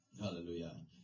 Hallelujah